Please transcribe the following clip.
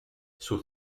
sus